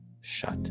shut